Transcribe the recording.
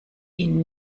ihn